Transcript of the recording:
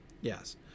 Yes